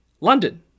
London